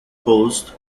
posed